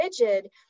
rigid